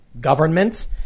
government